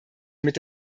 mit